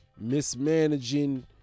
mismanaging